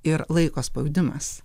ir laiko spaudimas